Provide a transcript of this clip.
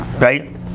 Right